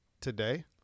today